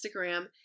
Instagram